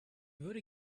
würde